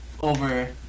over